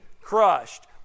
crushed